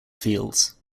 fields